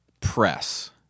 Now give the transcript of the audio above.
press